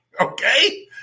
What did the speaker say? Okay